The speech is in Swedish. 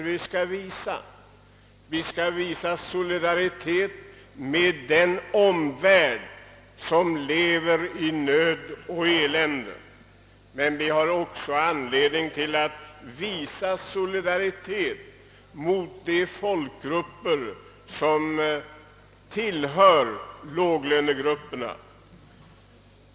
Dels skall vi visa solidaritet med den omvärld som lever i nöd och elände, dels har vi anledning att visa solidaritet mot de medborgare som tillhör låglönegrupperna.